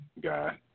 guy